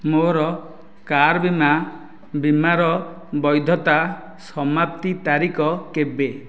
ମୋ କାର୍ ବୀମା ବୀମାର ବୈଧତା ସମାପ୍ତି ତାରିଖ କେବେ